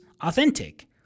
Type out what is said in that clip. authentic